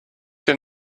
your